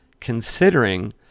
Considering